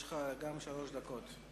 יש לך שלוש דקות.